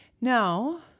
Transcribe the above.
Now